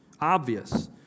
obvious